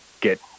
get